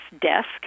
desk